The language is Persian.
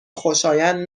خوشایند